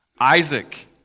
Isaac